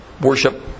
worship